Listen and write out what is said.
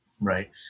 right